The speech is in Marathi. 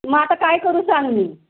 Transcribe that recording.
मग आता काय करू सांग मी